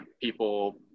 people